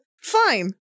fine